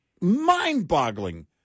mind-boggling